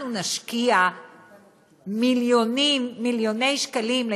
אנחנו נשקיע מיליוני שקלים,